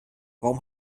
warum